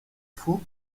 fou